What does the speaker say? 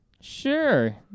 Sure